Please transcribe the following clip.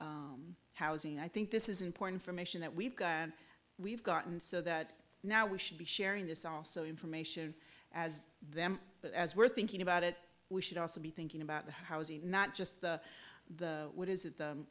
housing i think this is important for make sure that we've got we've gotten so that now we should be sharing this also information as them but as we're thinking about it we should also be thinking about the housing not just the the what is it the